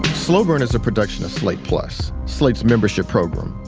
slow burn is a production of slate plus, slate's membership program.